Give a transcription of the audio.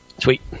Sweet